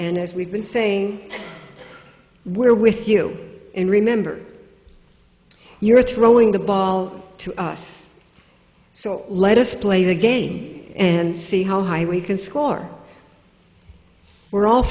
as we've been saying we're with you and remember you're throwing the ball to us so let us play the game and see how high we can score we're all